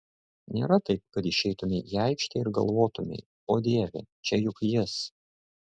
nėra taip kad išeitumei į aikštę ir galvotumei o dieve čia juk jis